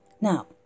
Now